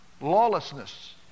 Lawlessness